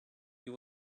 you